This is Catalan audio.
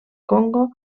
congo